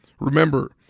Remember